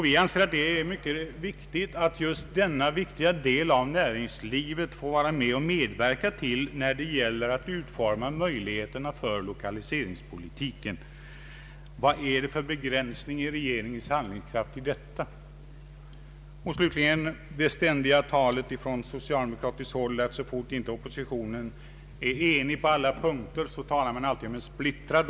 Vi anser det mycket angeläget att just företrädare för de mindre och medelstora företagen får medverka i utformandet av lokaliseringspolitiken. Vad innebär detta för begränsning av regeringens handlingskraft? Det talas ständigt från socialdemokratiskt håll om att oppositionen så fort den inte är enig på alla punkter utgör en splittrad opposition.